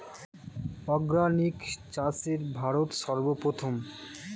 organic চাষে ভারত সর্বপ্রথম